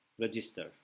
register